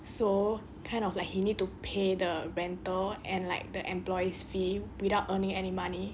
so kind of like you need to pay the rental and like the employees fee without earning any money